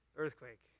Earthquake